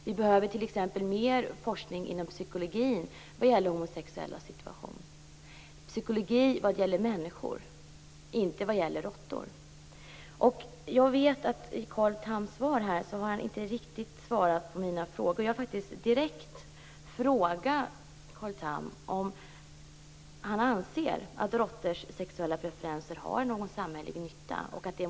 Vi behöver t.ex. mer forskning inom psykologin vad gäller homosexuellas situation. Det skall vara psykologi som gäller människor och inte råttor. Carl Tham har inte riktigt svarat på mina frågor. Jag kan faktiskt direkt fråga Carl Tham om han anser att forskning om råttors sexuella preferenser gör någon samhällelig nytta.